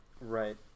Right